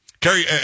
Carrie